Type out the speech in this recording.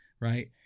Right